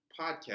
podcast